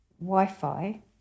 Wi-Fi